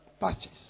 Patches